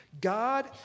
God